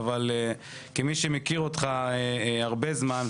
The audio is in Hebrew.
אבל כמי שמכיר אותך הרבה זמן,